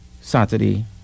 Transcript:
saturday